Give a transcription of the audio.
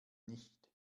nicht